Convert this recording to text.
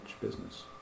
business